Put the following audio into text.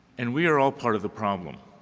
and we are all part of the problem.